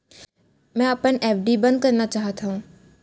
मै अपन एफ.डी बंद करना चाहात हव